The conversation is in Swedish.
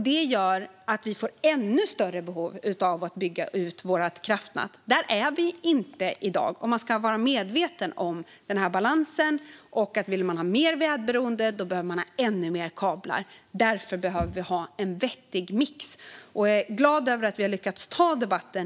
Det gör att vi får ännu större behov av att bygga ut vårt kraftnät. Där är vi inte i dag, och man ska vara medveten om balansen. Om man vill har mer väderberoende kraftslag behöver man ha ännu mer kablar. Därför behöver vi ha en vettig mix. Herr ålderspresident!